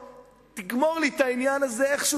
תגמור את העניין הזה איכשהו,